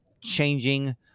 changing